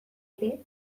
ere